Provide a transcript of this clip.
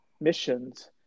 missions